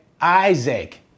Isaac